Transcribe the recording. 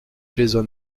jason